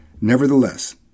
Nevertheless